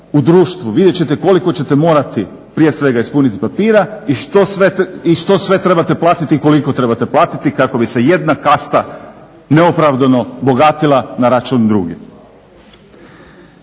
u društvu. Vidjet ćete koliko ćete morati prije svega ispuniti papira i što sve trebate platiti i koliko trebate platiti kako bi se jedna kasta neopravdano bogatila na račun drugih.